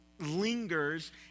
Lingers